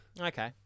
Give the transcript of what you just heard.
Okay